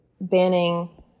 banning